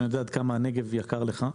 אני יודע עד כמה הנגב יקר לך.